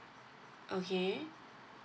okay